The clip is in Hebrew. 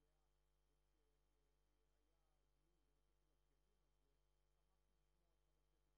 יד ימיני וחסכת ממני כל כך הרבה עבודה.